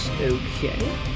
okay